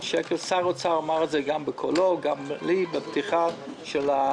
שר האוצר אמר את זה גם בקולו, גם לי בפתיחת הסל.